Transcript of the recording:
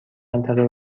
منطقه